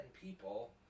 people